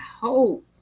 hope